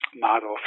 model